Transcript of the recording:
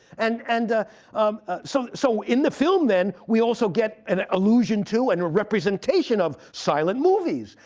and and um so so in the film, then, we also get an allusion to and a representation of silent movies.